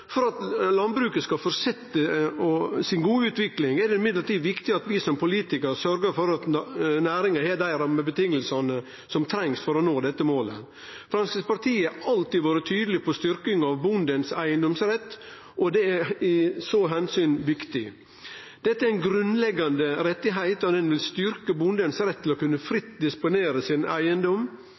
For at landbruket skal fortsetje si gode utvikling, er det viktig at vi som politikarar sørgjer for at næringa har dei rammevilkåra som trengst for å nå dette målet. Framstegspartiet har alltid vore tydeleg på styrking av bonden sin eigedomsrett, og det er i så måte viktig. Dette er ein grunnleggjande rett, og han vil styrkje bondens rett til fritt å kunne disponere eigedomen sin.